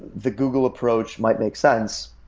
the google approach might make sense.